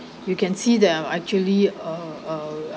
you can see there actually a a a